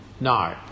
No